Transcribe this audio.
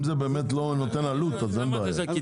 אם אין בזה עלות, לא תהיה בעיה.